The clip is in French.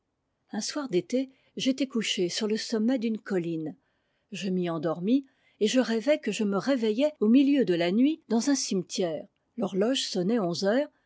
un soir d'été j'étais couché sur le sommet d'une cottine je m'y endormis et je rêvai que je me réveillais au milieu de la nuit dans un cimetière l'horloge sonnait onze heures